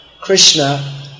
Krishna